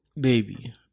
Baby